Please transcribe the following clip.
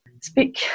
speak